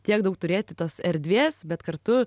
tiek daug turėti tos erdvės bet kartu